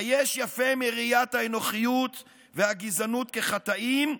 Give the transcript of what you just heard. היש יפה מראיית האנוכיות והגזענות כחטאים,